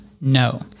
No